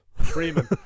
Freeman